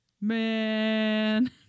Man